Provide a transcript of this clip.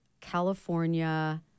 California